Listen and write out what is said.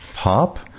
POP